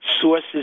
sources